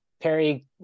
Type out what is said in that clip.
Perry